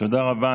תודה רבה.